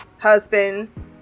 husband